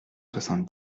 soixante